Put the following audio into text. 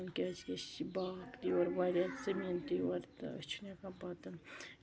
کیازِ کہِ أسۍ چھِ باغ تہِ یورٕ واریاہ زٔمیٖن تہِ یورٕ تہٕ أسۍ چِھنہٕ ہیٚکان پَتہٕ تِم